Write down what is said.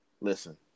listen